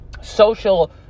social